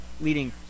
leading